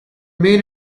main